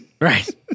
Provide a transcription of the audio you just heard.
right